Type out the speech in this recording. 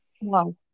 Wow